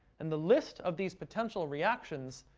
and the list of these potential reactions,